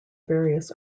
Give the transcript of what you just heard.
various